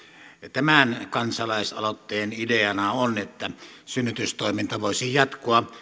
tämän kansalaisaloitteen ideana on että synnytystoiminta voisi jatkua